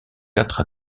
quatre